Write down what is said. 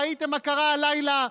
ראיתם מה קרה הלילה,